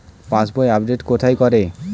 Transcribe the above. পাসবই update কোথায় করে?